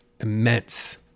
immense